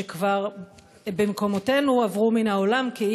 שבמקומותינו כאילו עברו מהעולם.